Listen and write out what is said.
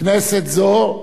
כנסת זו,